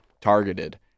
targeted